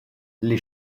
les